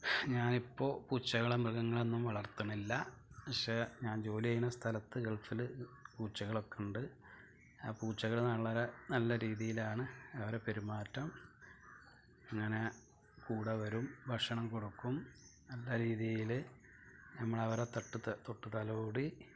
ഞാനിപ്പോ പൂച്ചകളേയും മൃഗങ്ങളേയും ഒന്നും വളർത്തുന്നില്ല പക്ഷേ ഞാൻ ജോലി ചെയ്യുന്ന സ്ഥലത്ത് ഗൾഫിൽ പൂച്ചകളൊക്കെ ഉണ്ട് ആ പൂച്ചകൾ വളരെ നല്ല രീതിയിലാണ് അവരെ പെരുമാറ്റം ഇങ്ങനെ കൂടെ വരും ഭക്ഷണം കൊടുക്കും നല്ല രീതിയിൽ നമ്മൾ അവരെ തൊട്ട് തൊട്ടു തലോടി